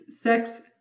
sex